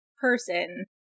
person